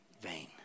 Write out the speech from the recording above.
vain